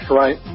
right